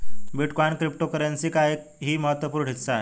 bitcoin cryptocurrency का ही एक महत्वपूर्ण हिस्सा है